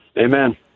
amen